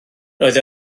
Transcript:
roedd